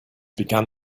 began